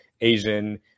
asian